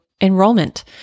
enrollment